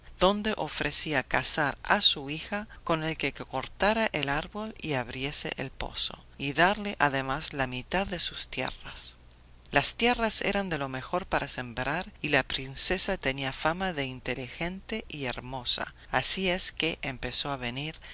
donde ofrecía casar a su hija con el que cortara el árbol y abriese el pozo y darle además la mitad de sus tierras las tierras eran de lo mejor para sembrar y la princesa tenía fama de inteligente y hermosa así es que empezó a venir